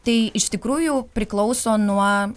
tai iš tikrųjų priklauso nuo